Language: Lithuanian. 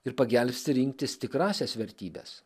ir pagelbsti rinktis tikrąsias vertybes